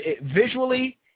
visually